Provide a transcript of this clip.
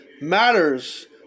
matters